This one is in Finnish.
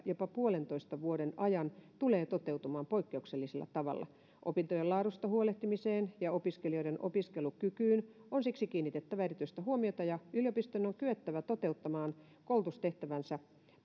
jopa puolentoista vuoden ajan tulee toteutumaan poikkeuksellisella tavalla opintojen laadusta huolehtimiseen ja opiskelijoiden opiskelukykyyn on siksi kiinnitettävä erityistä huomiota ja yliopistojen on kyettävä toteuttamaan koulutustehtävänsä